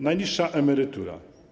Najniższa emerytura.